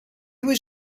was